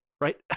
right